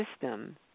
system